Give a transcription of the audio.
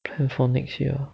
plan for next year